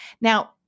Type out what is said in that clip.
Now